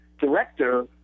director